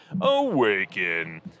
awaken